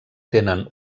tenen